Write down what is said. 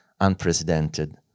unprecedented